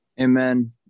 Amen